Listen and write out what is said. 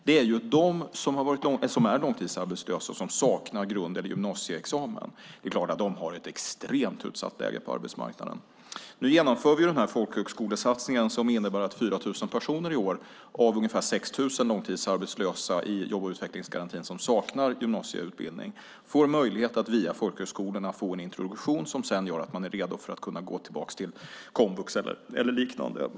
Det sade också Arbetsförmedlingen bara häromdagen, och det säger även många andra. Det är klart att de har ett extremt utsatt läge på arbetsmarknaden. Nu genomför vi folkhögskolesatsningen som innebär att 4 000 av ungefär 6 000 långtidsarbetslösa i jobb och utvecklingsgarantin, och som saknar gymnasieutbildning, via folkhögskolorna får möjlighet till en introduktion som gör dem redo att kunna gå tillbaka till komvux eller liknande.